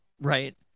right